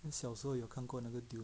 小时候有看过那个 dune